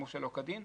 קודם